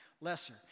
lesser